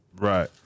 right